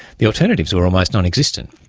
the alternatives were almost non-existent.